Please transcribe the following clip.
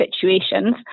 situations